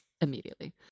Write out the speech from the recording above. immediately